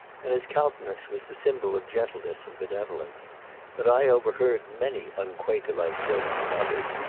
and his countenance was the symbol of gentleness and benevolence but i overheard many unquakerlike jokes from others,